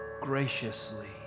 graciously